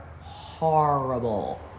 horrible